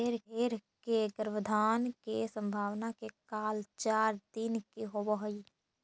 भेंड़ के गर्भाधान के संभावना के काल चार दिन के होवऽ हइ